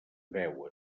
veuen